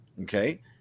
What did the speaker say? Okay